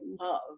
love